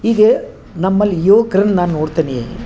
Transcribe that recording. ಈಗ ನಮ್ಮಲ್ಲಿ ಯುವಕ್ರಲ್ಲಿ ನಾನು ನೋಡ್ತೇನೆ